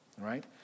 right